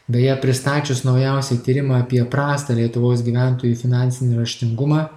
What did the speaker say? beje pristačius naujausią tyrimą apie prastą lietuvos gyventojų finansinį raštingumą